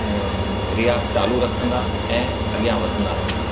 रियाज़ चालू रखंदा ऐं अॻियां वधंदा रहंदा